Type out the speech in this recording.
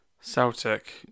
celtic